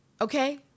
Okay